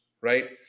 right